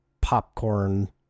popcorn